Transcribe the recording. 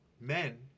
men